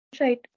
right